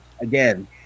again